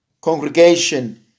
congregation